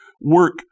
work